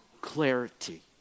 clarity